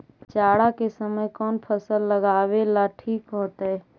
जाड़ा के समय कौन फसल लगावेला ठिक होतइ?